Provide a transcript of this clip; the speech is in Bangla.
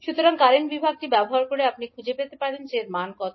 সুতরাং কারেন্ট বিভাগটি ব্যবহার করে আপনি খুঁজে পেতে পারেন যে এর মান কত